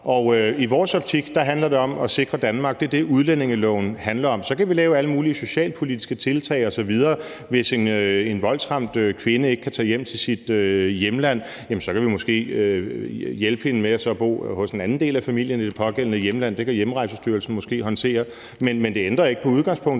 Og i vores optik handler det om at sikre Danmark. Det er det, udlændingeloven handler om. Så kan vi lave alle mulige socialpolitiske tiltag osv. Hvis en voldsramt kvinde ikke kan tage hjem til sit hjemland, kan vi måske hjælpe hende med så at bo hos en anden del af familien i det pågældende hjemland. Det kan Hjemrejsestyrelsen måske håndtere. Men det ændrer ikke på udgangspunktet